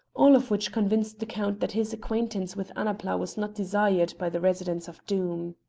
all of which convinced the count that his acquaintance with annapla was not desired by the residents of doom.